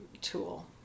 tool